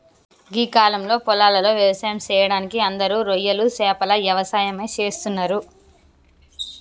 గీ కాలంలో పొలాలలో వ్యవసాయం సెయ్యడానికి అందరూ రొయ్యలు సేపల యవసాయమే చేస్తున్నరు